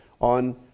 on